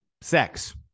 sex